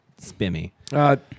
spimmy